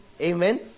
Amen